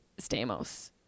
Stamos